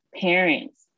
parents